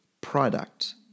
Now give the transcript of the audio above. product